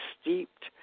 steeped